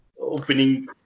opening